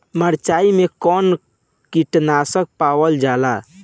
मारचाई मे कौन किटानु पावल जाला?